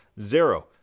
Zero